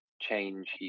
change